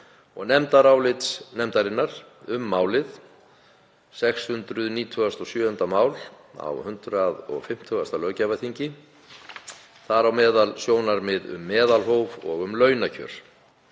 og nefndarálits nefndarinnar um málið (697. mál á 150. löggjafarþingi), þar á meðal sjónarmið um meðalhóf og um launakjör.